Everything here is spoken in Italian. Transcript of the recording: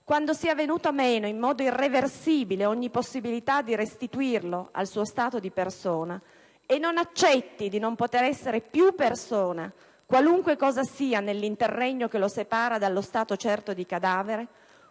quando sia venuta meno in modo irreversibile ogni possibilità di restituirlo al suo stato di persona e non accetti di non poter esser più persona, qualunque cosa sia nell'interregno che lo separa dallo stato certo di cadavere,